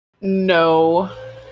No